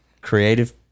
creative